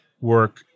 work